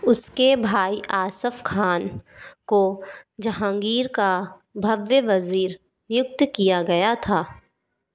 उसके भाई आसफ़ खान को जहाँगीर का भव्य वज़ीर नियुक्त किया गया था